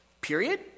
Period